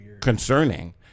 concerning